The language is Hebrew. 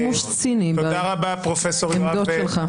עשו שימוש ציני בעמדות שלך.